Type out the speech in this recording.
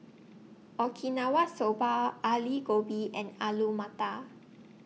Okinawa Soba Ali Gobi and Alu Matar